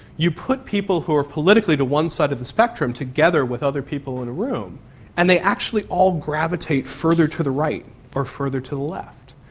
you put people who are politically to one side of the spectrum together with other people in a room and they actually all gravitate further to the right or further to the left.